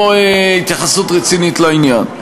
לא התייחסות רצינית לעניין.